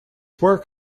work